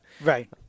Right